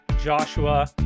Joshua